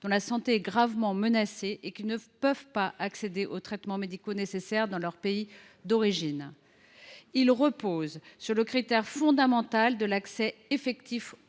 dont la santé est gravement menacée, et qui ne peuvent pas accéder aux traitements médicaux dont ils ont besoin dans leur pays d’origine. Il repose sur le critère fondamental de l’accès effectif